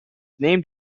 named